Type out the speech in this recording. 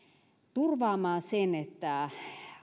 turvaamaan sen että